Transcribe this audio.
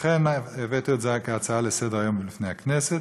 ולכן הבאתי את זה כהצעה לסדר-היום בפני הכנסת,